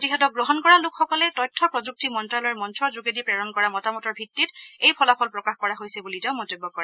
প্ৰতিষেধক গ্ৰহণ কৰা লোকসকলে তথ্য প্ৰযুক্তি মন্ত্যালয়ৰ মঞ্চৰ যোগেদি প্ৰেৰণ কৰা মতামতৰ ভিত্তিত এই ফলাফল প্ৰকাশ কৰা হৈছে বুলি তেওঁ মন্তব্য কৰে